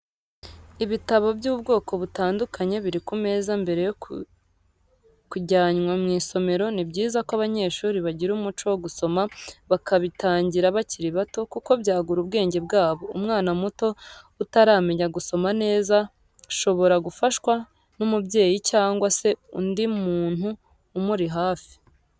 Ibitabo by'ubwoko butandukanye biri ku meza mbere yo kujyanwa mw'isomero, ni byiza ko abanyeshuri bagira umuco wo gusoma bakabitangira bakiri bato kuko byagura ubwenge bwabo, umwana muto utaramenya gusoma neza shobora gufashwa n'umubyeyi cyangwa se undi muntu umuri hafi.